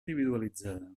individualitzada